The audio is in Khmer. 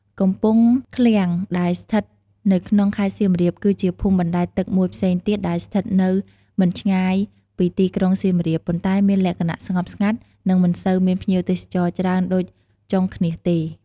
កំពង់ឃ្លាំង ដែលស្ថិតនៅក្នុង ខេត្តសៀមរាប គឺជាភូមិបណ្ដែតទឹកមួយផ្សេងទៀតដែលស្ថិតនៅមិនឆ្ងាយពីទីក្រុងសៀមរាប ប៉ុន្តែមានលក្ខណៈស្ងប់ស្ងាត់ និងមិនសូវមានភ្ញៀវទេសចរច្រើនដូចចុងឃ្នាសទេ។